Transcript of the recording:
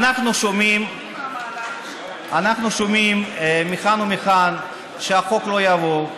אנחנו שומעים מכאן ומכאן שהחוק לא יעבור.